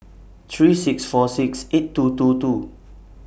three six four six eight two two two